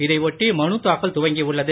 இதை ஒட்டி மனு தாக்கல் துவங்கி உள்ளது